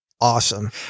awesome